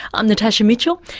i'm natasha mitchell,